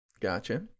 Gotcha